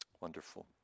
Wonderful